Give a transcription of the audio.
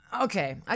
okay